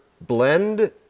blend